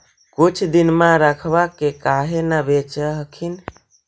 कुछ दिनमा रखबा के काहे न बेच हखिन?